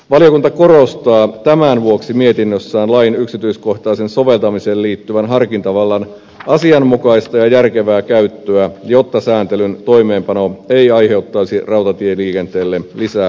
valiokunta korostaa tämän vuoksi mietinnössään lain yksityiskohtaiseen soveltamiseen liittyvän harkintavallan asianmukaista ja järkevää käyttöä jotta sääntelyn toimeenpano ei aiheuttaisi rautatieliikenteelle lisää ongelmia